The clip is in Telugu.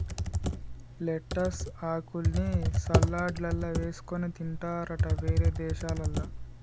లెట్టస్ ఆకుల్ని సలాడ్లల్ల వేసుకొని తింటారట వేరే దేశాలల్ల